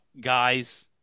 guys